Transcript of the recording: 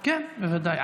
כן, בוודאי.